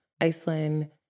Iceland